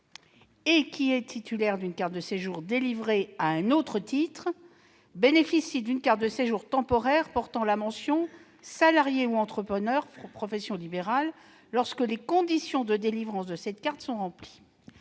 et qui est titulaire d'une carte de séjour délivrée à un autre titre bénéficie d'une carte de séjour temporaire portant la mention « salarié » ou « entrepreneur-profession libérale » lorsque les conditions de délivrance de cette carte sont remplies.